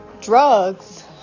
drugs